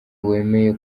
wemeye